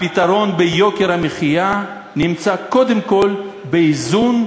הפתרון של יוקר המחיה נמצא קודם כול באיזון,